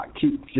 keep